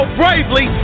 bravely